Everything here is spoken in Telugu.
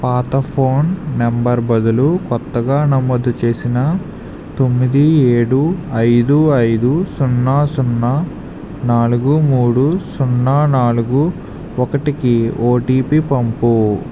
పాత ఫోన్ నంబర్ బదులు కొత్తగా నమోదు చేసిన తొమ్మిది ఏడు ఐదు ఐదు సున్నా సున్నా నాలుగు మూడు సున్నా నాలుగు ఒకటికి ఓటీపీ పంపు